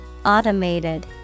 Automated